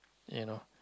you know